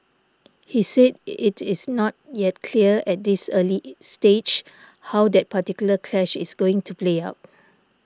he said it is not yet clear at this early stage how that particular clash is going to play out